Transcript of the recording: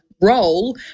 role